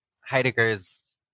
Heidegger's